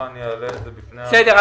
כמובן שאעלה את זה בפני --- בסדר,